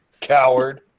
Coward